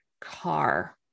car